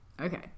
Okay